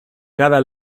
cada